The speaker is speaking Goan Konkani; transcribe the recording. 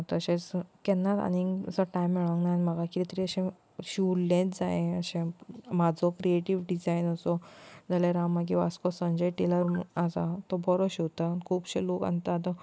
तशेंच केन्नाच आनीक असो टायम मेळोंक ना म्हाका किदें तरी अशें शिंवल्लेंच जाये अशें म्हाजो क्रियेटीव डिजायन असो जाल्यार हांव मागीर वास्कोसान संजय टेलर आसा तो बरो शिंवता खुबशे लोक आतां